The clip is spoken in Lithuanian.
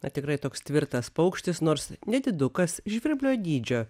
na tikrai toks tvirtas paukštis nors nedidukas žvirblio dydžio